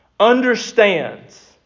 understands